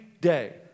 day